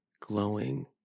glowing